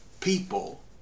people